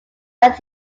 that